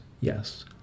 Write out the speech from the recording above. yes